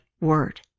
word